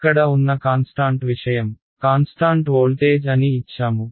ఇక్కడ ఉన్న కాన్స్టాంట్ విషయం కాన్స్టాంట్ వోల్టేజ్ అని ఇచ్చాము